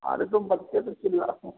अरे तो बच्चे सब चिल्लाते हैं